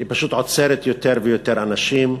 היא פשוט עוצרת יותר ויותר אנשים.